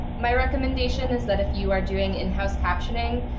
my recommendation is that if you are doing in-house captioning,